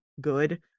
good